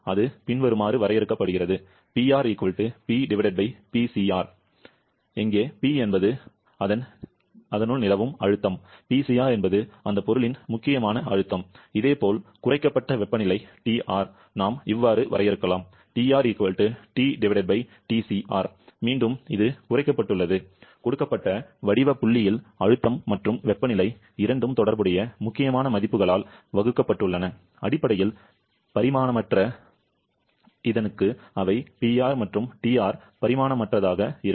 அது பின்வருமாறு வரையறுக்கப்படுகிறது எங்கே P என்பது அவர் நிலவும் அழுத்தம் Pcr என்பது அந்த பொருளின் முக்கியமான அழுத்தம் இதேபோல் குறைக்கப்பட்ட வெப்பநிலை TR நாம் இவ்வாறு வரையறுக்கலாம் மீண்டும் இது குறைக்கப்பட்டுள்ளது கொடுக்கப்பட்ட வடிவ புள்ளியில் அழுத்தம் மற்றும் வெப்பநிலை இரண்டும் தொடர்புடைய முக்கியமான மதிப்புகளால் வகுக்கப்பட்டுள்ளன அடிப்படையில் பரிமாணமற்ற தங்களுக்கு அவை PR மற்றும் TR பரிமாணமற்றதாக இருக்கும்